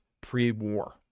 pre-war